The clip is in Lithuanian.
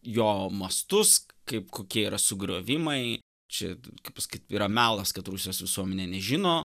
jo mastus kaip kokie yra sugriovimai čia kaip skaityt yra melas kad rusijos visuomenė nežino